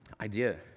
idea